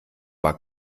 war